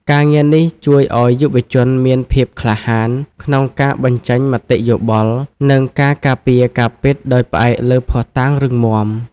ការងារនេះជួយឱ្យយុវជនមានភាពក្លាហានក្នុងការបញ្ចេញមតិយោបល់ និងការការពារការពិតដោយផ្អែកលើភស្តុតាងរឹងមាំ។